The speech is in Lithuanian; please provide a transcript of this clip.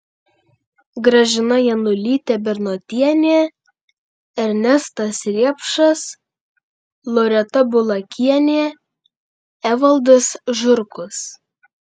gražina janulytė bernotienė ernestas riepšas loreta bulakienė evaldas žurkus